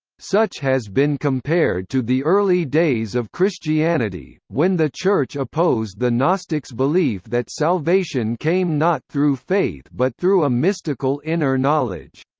such has been compared to the early days of christianity, when the church opposed the gnostics' belief that salvation came not through faith but through a mystical inner knowledge.